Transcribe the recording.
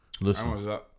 Listen